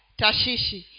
tashishi